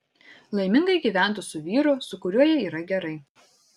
laimingai gyventų su vyru su kuriuo jai yra gerai